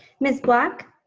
ms. black?